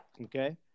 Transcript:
Okay